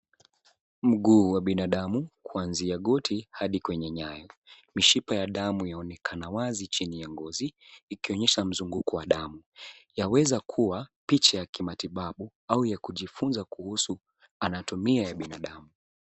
Mguu wa binadamu, kuanzia goti hadi kwenye nyayo. Mishipa ya damu yaonekana wazi chini ya ngozi, ikionyesha mzunguko wa damu. Yaweza kuwa picha ya kimatibabu au ya kujifunza kuhusu anatomia ya binadamu.